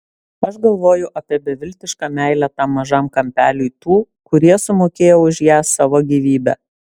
aš galvoju apie beviltišką meilę tam mažam kampeliui tų kurie sumokėjo už ją savo gyvybe